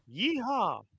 Yeehaw